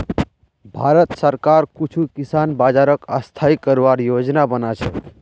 भारत सरकार कुछू किसान बाज़ारक स्थाई करवार योजना बना छेक